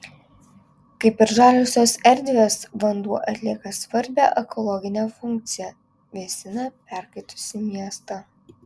kaip ir žaliosios erdvės vanduo atlieka svarbią ekologinę funkciją vėsina perkaitusį miestą